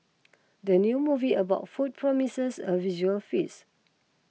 the new movie about food promises a visual feast